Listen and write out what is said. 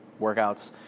workouts